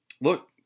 Look